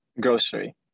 Grocery